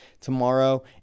tomorrow